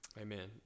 Amen